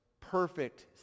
perfect